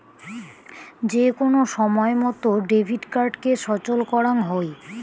যে কোন সময়ত ডেবিট কার্ডকে সচল করাং হই